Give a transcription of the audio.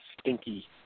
stinky